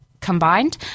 combined